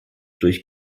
durch